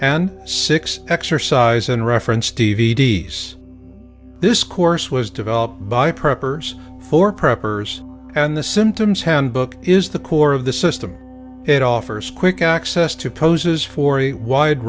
and six exercise in reference d v d s this course was developed by preppers for preppers and the symptoms handbook is the core of the system it offers quick access to poses for e wide